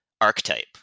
archetype